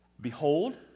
behold